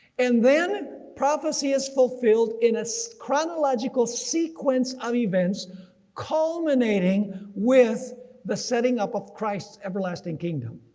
and then prophecy is fulfilled in a so chronological sequence of events culminating with the setting up of christ's everlasting kingdom.